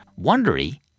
Wondery